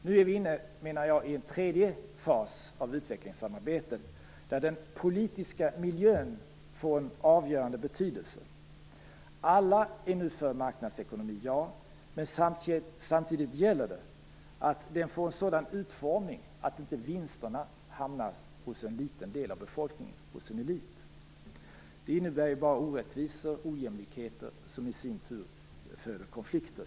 Nu är vi inne, menar jag, i en tredje fas av utvecklingssamarbetet där den politiska miljön får en avgörande betydelse. Alla är nu för marknadsekonomi. Men samtidigt gäller det att se till att den får en sådan utformning att vinsterna inte hamnar hos en liten del av befolkningen, hos en elit. Det innebär bara orättvisor och ojämlikheter, som i sin tur återigen föder konflikter.